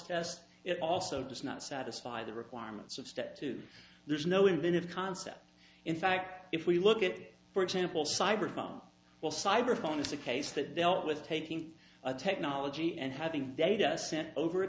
test it also does not satisfy the requirements of step two there's no inventive concept in fact if we look at for example cyber phone well cyber phone is a case that dealt with taking technology and having data sent over a